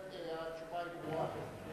התשובה ברורה.